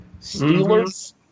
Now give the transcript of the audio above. Steelers